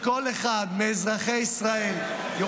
שבשיחת טלפון אחת פשוטה כל אחד מאזרחי ישראל יוכל